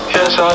Yes